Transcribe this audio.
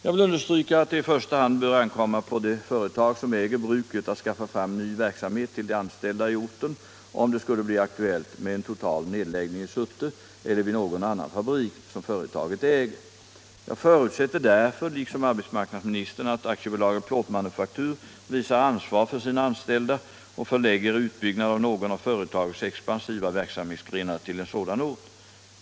Jag vill understryka att det i första hand bör ankomma på det företag som äger bruket att skaffa fram ny verksamhet till de anställda i orten om det skulle bli aktuellt med en total nedläggning i Surte eller vid någon annan fabrik som företaget äger. Jag förutsätter därför liksom arbetsmarknadsministern att AB Plåtmanufaktur visar ansvar för sina anställda och förlägger utbyggnad av någon av företagets expansiva verksamhetsgrenar till en sådan ort.